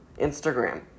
Instagram